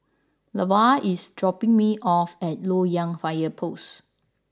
Lavar is dropping me off at Loyang Fire Post